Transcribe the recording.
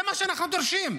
זה מה שאנחנו דורשים,